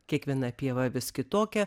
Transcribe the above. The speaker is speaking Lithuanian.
kiekviena pieva vis kitokia